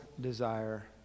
desire